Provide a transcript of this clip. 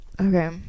Okay